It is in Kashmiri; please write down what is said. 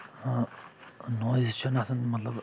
نوٚیز چھُ نہٕ آسان مطلب